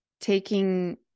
taking